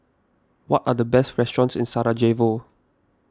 what are the best restaurants in Sarajevo